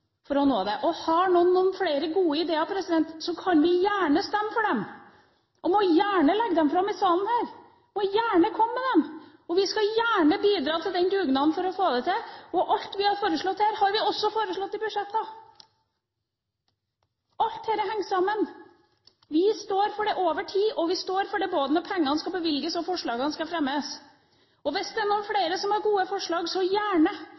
for å nå det. Har noen flere gode ideer, kan vi gjerne stemme for dem – man må gjerne legge dem fram i salen her, man må gjerne komme med dem. Vi skal gjerne bidra til en dugnad for å få det til. Alt vi har foreslått her, har vi også foreslått i budsjettene. Alt dette henger sammen. Vi står for det over tid, og vi står for det både når pengene skal bevilges og forslagene skal fremmes. Hvis det er noen flere som har gode forslag, så gjerne.